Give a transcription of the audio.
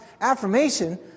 affirmation